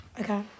Okay